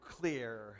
clear